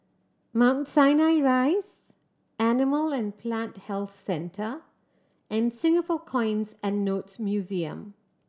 Mount Sinai Rise Animal and Plant Health Centre and Singapore Coins and Notes Museum